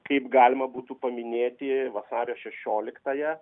kaip galima būtų paminėti vasario šešioliktąją